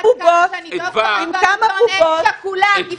בובות --- אני לא נמצאת כאן --- אם שכולה,